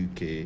UK